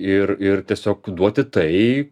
ir ir tiesiog duoti tai